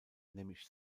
nämlich